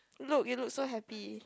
look you look so happy